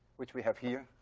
which we have here.